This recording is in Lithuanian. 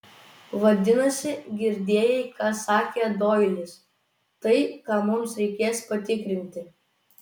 vadinasi girdėjai ką sakė doilis tai ką mums reikės patikrinti